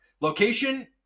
location